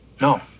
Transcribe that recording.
No